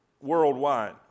worldwide